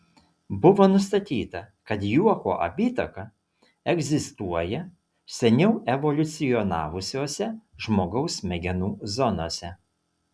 buvo nustatyta kad juoko apytaka egzistuoja seniau evoliucionavusiose žmogaus smegenų zonose